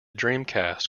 dreamcast